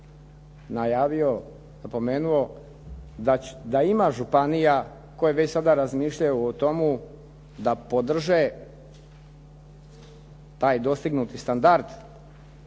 najavio, napomenuo da ima županija koje već sada razmišljaju o tomu da podrže taj dostignuti standard,